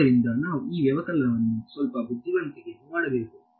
ಆದ್ದರಿಂದ ನಾವು ಈ ವ್ಯವಕಲನವನ್ನು ಸ್ವಲ್ಪ ಬುದ್ಧಿವಂತಿಕೆಯಿಂದ ಮಾಡಬೇಕು